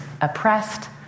oppressed